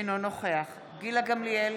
אינו נוכח גילה גמליאל,